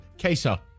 Queso